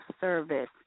service